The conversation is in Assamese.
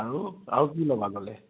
আৰু আৰু কি ল'বা গ'লে